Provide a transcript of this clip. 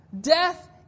Death